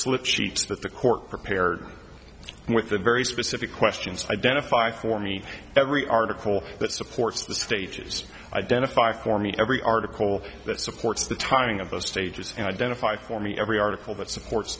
slip sheets that the court prepared with the very specific questions identified for me every article that supports the stages identify for me every article that supports the timing of those stages and identify for me every article that supports